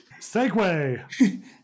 segway